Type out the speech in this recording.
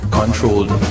controlled